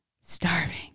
starving